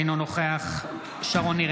אינו נוכח שרון ניר,